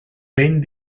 ben